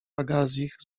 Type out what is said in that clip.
pagazich